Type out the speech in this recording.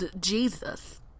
Jesus